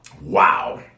Wow